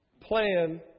plan